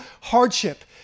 hardship